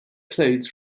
clothes